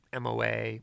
MOA